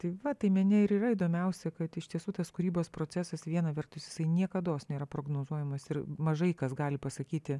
tai va tai mene ir yra įdomiausia kad iš tiesų tas kūrybos procesas viena vertus jisai niekados nėra prognozuojamas ir mažai kas gali pasakyti